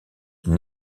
une